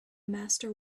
master